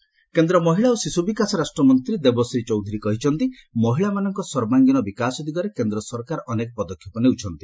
women empowerment କେନ୍ଦ୍ର ମହିଳା ଓ ଶିଶୁବିକାଶ ରାଷ୍ଟ୍ରମନ୍ତ୍ରୀ ଦେବଶ୍ରୀ ଚୌଧୁରୀ କହିଛନ୍ତି ମହିଳାମାନଙ୍କ ସର୍ବାଙ୍ଗୀନ ବିକାଶ ଦିଗରେ କେନ୍ଦ୍ର ସରକାର ଅନେକ ପଦକ୍ଷେପ ନେଉଛନ୍ତି